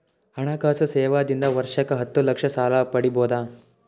ಹಣಕಾಸು ಸೇವಾ ದಿಂದ ವರ್ಷಕ್ಕ ಹತ್ತ ಲಕ್ಷ ಸಾಲ ಪಡಿಬೋದ?